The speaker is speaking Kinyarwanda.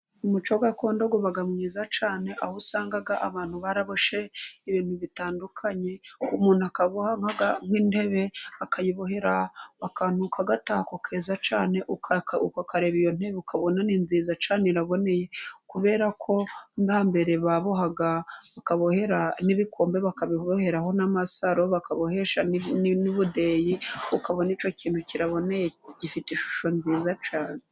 Umuco gakondo uba mwiza cyane, aho usangaga abantu baraboshe ibintu bitandukanye, umuntu akaboha nk'intebe, akayibohera akantu kagatako keza cyane ukakagreba iyo ntebe ukabona ni nziza cyane iraboneye kubera ko nkambere babohaga bakabohera n'ibikombe, bakabiboheraho n'amasaro, bakabohesha n'ubudeyi, ukabona icyo kintu kiraboye gifite ishusho nziza cyane.